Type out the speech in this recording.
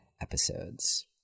episodes